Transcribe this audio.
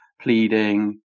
pleading